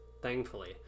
Thankfully